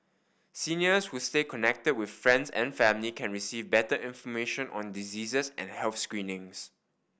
seniors who stay connected with friends and family can receive better information on diseases and health screenings